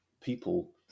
people